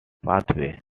pathway